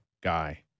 guy